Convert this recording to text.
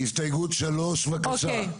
הסתייגות 3, בבקשה.